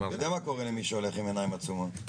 אתה יודע מה קורה למי שהולך בעיניים עצומות?